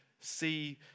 see